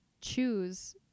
choose